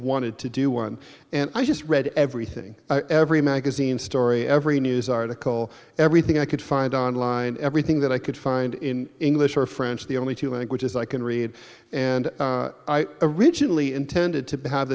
wanted to do one and i just read everything every magazine story every news article everything i could find on line everything that i could find in english or french the only two languages i can read and i originally intended to have